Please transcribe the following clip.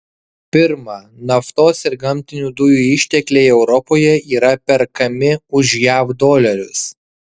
pirma naftos ir gamtinių dujų ištekliai europoje yra perkami už jav dolerius